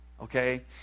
okay